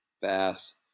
fast